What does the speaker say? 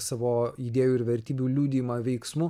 savo idėjų ir vertybių liudijimą veiksmu